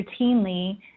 routinely